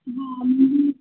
हां मी